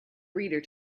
reader